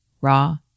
raw